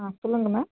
ஆ சொல்லுங்கள் மேம்